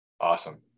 Awesome